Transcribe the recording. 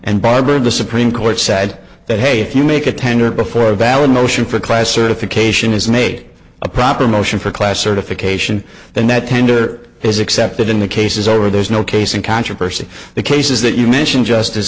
and barbara the supreme court said that hey if you make a tender before a valid motion for class certification is made a proper motion for class certification then that tender is accepted in the case is over there's no case in controversy the cases that you mention just